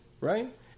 right